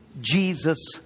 Jesus